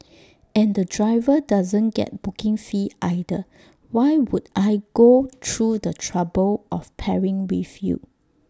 and the driver doesn't get booking fee either why would I go through the trouble of pairing with you